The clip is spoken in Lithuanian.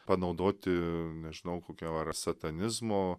panaudoti nežinau kokia ar satanizmo